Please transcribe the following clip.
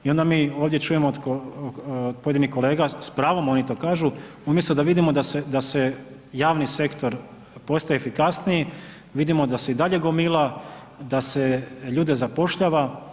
I onda mi ovdje čujemo od pojedinih kolega, s pravom oni to kažu umjesto da vidimo da se javni sektor postaje efikasniji vidimo da se i dalje gomila, da se ljude zapošljava.